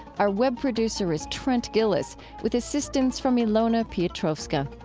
our web producer is trent gilliss with assistance from ilona piotrowska.